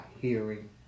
hearing